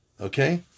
Okay